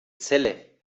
celle